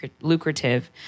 lucrative